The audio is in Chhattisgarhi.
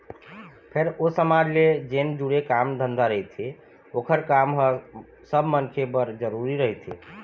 फेर ओ समाज ले जेन जुड़े काम धंधा रहिथे ओखर काम ह सब मनखे बर जरुरी रहिथे